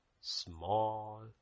small